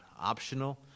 optional